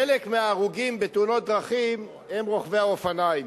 חלק מההרוגים בתאונות דרכים הם רוכבי אופניים.